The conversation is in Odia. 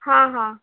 ହଁ ହଁ